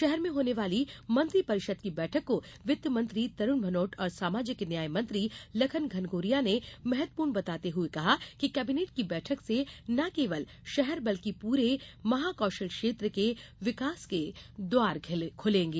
शहर में होने जा रही मंत्रिपरिषद की बैठक को वित्तमंत्री तरूण भानोट और सामाजिक न्याय मंत्री लखन घनघोरिया ने महत्वपूर्ण बताते हुए कहा कि कैबिनेट की बैठक से न केवल शहर बल्कि पूरे महाकौशल क्षेत्र के विकास के द्वार खूलेंगे